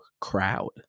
Crowd